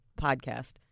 podcast